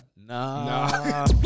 Nah